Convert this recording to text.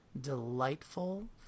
delightful